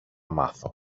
μάθω